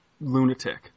lunatic